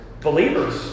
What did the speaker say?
believers